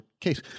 case